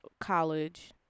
college